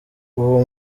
uwo